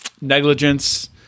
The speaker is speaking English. negligence